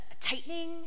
tightening